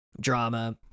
drama